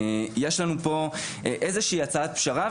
יש לנו פה איזו שהיא הצעת פשרה,